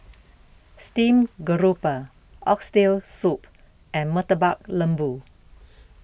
Steamed Garoupa Oxtail Soup and Murtabak Lembu